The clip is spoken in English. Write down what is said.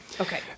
okay